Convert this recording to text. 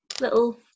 little